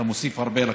אתה מוסיף הרבה לכנסת.